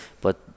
But-